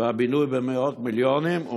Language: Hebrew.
והבינוי במאות מיליונים,